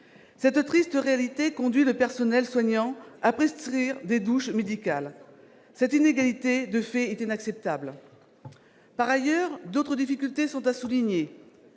Cette triste réalité conduit le personnel soignant à prescrire des « douches médicales ». Cette inégalité de fait est inacceptable. Par ailleurs, d'autres difficultés sont à souligner